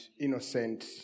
innocent